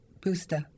Booster